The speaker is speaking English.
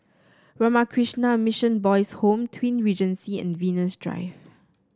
Ramakrishna Mission Boys' Home Twin Regency and Venus Drive